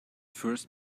first